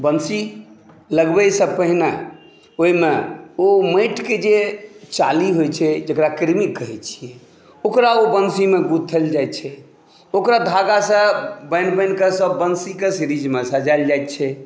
बंसी लगबैसॅं पहिने ओहिमे ओ माटिके जे चाली होइ छै जेकरा कृमि कहै छियै ओकरा ओ बंसीमे गूँथल जाइ छै ओकरा धागासॅं बान्हि बान्हिक सभ बंसीक सिरीज़मे सजाओल जाइ छै